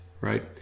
right